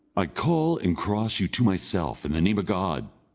i call and cross you to myself, in the name of god!